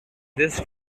this